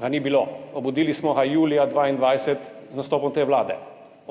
ga ni bilo. Obudili smo ga julija 2022 z nastopom te vlade,